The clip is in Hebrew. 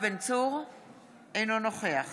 אינו נוכח